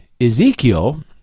Ezekiel